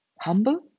humble